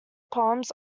poems